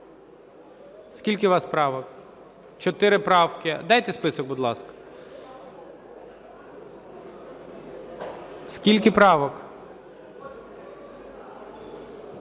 Скільки у вас правок? Чотири правки. Дайте список, будь ласка. Скільки правок?